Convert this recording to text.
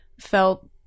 felt